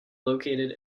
located